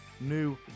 new